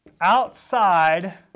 outside